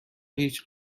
هیچ